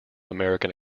american